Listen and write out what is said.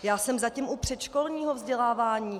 Já jsem zatím u předškolního vzdělávání.